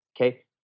Okay